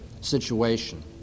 situation